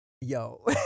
yo